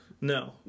No